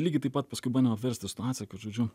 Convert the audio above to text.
lygiai taip pat paskui bandėm apversti situaciją kad žodžiu